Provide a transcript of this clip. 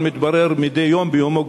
אבל מתברר מדי יום ביומו,